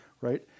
Right